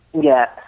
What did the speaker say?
Yes